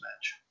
match